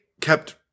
kept